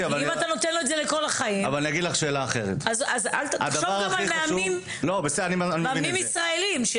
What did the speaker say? תחשוב גם על מאמנים ישראליים,